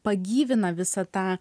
pagyvina visą tą